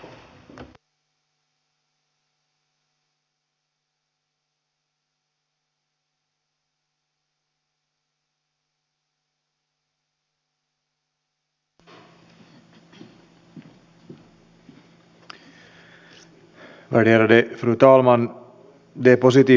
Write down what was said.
on arvostettavaa että ne myönnetään ja pyydetään anteeksi